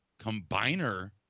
combiner